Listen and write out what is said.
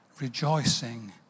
rejoicing